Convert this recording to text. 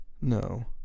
no